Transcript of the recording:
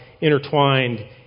intertwined